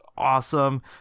awesome